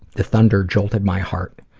the thunder jolted my heart.